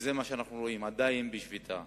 וזה מה שאנחנו רואים: עדיין בשביתה.